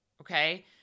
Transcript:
okay